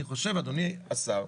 אני חושב אדוני השר,